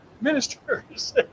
ministers